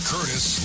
Curtis